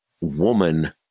woman